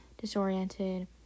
disoriented